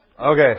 Okay